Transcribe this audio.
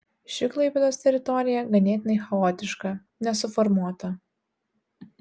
ši klaipėdos teritorija ganėtinai chaotiška nesuformuota